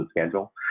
schedule